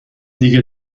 دیگه